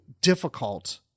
difficult